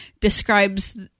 describes